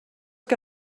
que